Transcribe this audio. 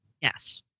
Yes